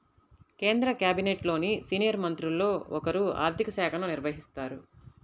కేంద్ర క్యాబినెట్లోని సీనియర్ మంత్రుల్లో ఒకరు ఆర్ధిక శాఖను నిర్వహిస్తారు